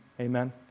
Amen